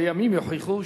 וימים יוכיחו,